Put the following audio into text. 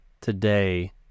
today